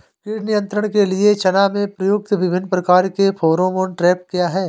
कीट नियंत्रण के लिए चना में प्रयुक्त विभिन्न प्रकार के फेरोमोन ट्रैप क्या है?